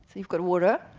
you've got water,